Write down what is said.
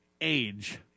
age